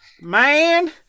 Man